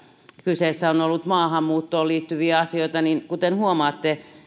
kyseessä on ollut maahanmuuttoon liittyviä asioita niin kuten huomaatte